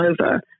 over